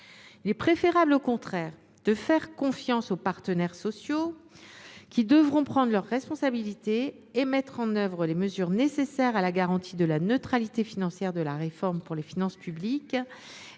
Il est préférable, au contraire, de faire confiance aux partenaires sociaux, lesquels devront prendre leurs responsabilités et mettre en œuvre les mesures nécessaires à la garantie de la neutralité financière de la réforme pour les finances publiques